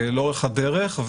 לאורך הדרך,